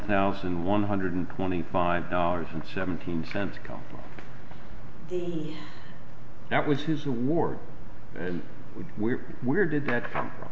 thousand one hundred twenty five dollars and seventeen cents come that was his award and where where did that come from